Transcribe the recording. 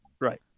Right